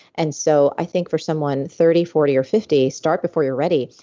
and so i think for someone thirty, forty or fifty, start before you're ready.